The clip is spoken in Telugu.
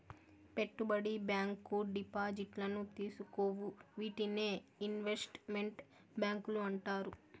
పెట్టుబడి బ్యాంకు డిపాజిట్లను తీసుకోవు వీటినే ఇన్వెస్ట్ మెంట్ బ్యాంకులు అంటారు